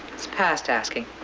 it's past asking.